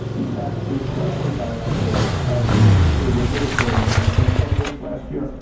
in fact, the clinical director of the u. k. regulatory agency said just last year,